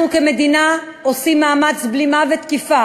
אנחנו כמדינה עושים מאמץ בלימה ותקיפה